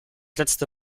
letzte